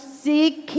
seek